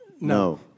No